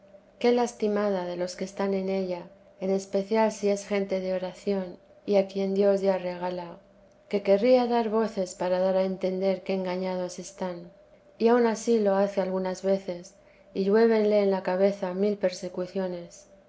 qué lastimada de los que están en ella en especial si es gente de oración y a quien dios ya regala querría dar voces para dar a entender qué engañados están y aun ansí lo hace algunas veces y lluévenle en la cabeza mil persecuciones